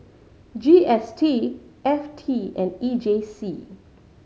G S T F T and E J C